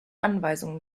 anweisungen